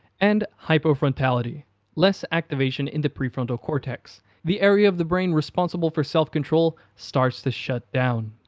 and hypo-frontality less activation in the prefrontal cortex the area of the brain responsible for self control starts to shut down.